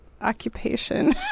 occupation